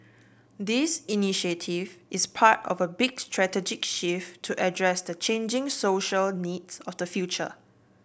this initiative is part of a big strategic shift to address the changing social needs of the future